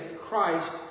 Christ